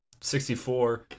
64